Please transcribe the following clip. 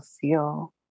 feel